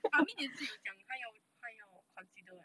armin 也是有讲他要他要 consider eh